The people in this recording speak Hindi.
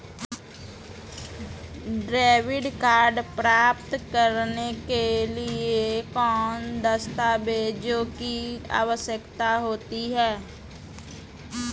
डेबिट कार्ड प्राप्त करने के लिए किन दस्तावेज़ों की आवश्यकता होती है?